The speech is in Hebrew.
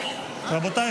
לשבת.